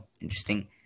Interesting